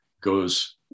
goes